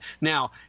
Now